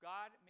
God